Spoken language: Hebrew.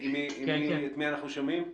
את מי אנחנו שומעים?